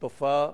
תופעה